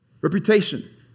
Reputation